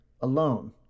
alone